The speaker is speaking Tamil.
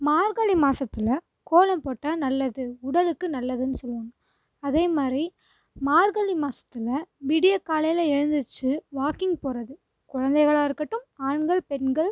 மார்கழி மாசத்தில் கோலம் போட்டால் நல்லது உடலுக்கு நல்லதுன்னு சொல்லுவாங்க அதே மாதிரி மார்கழி மாசத்தில் விடிய காலையில் எழுந்திருச்சு வாக்கிங் போகிறது குழந்தைகளாக இருக்கட்டும் ஆண்கள் பெண்கள்